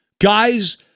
guys